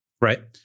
right